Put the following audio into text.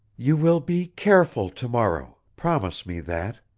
you will be careful to-morrow promise me that.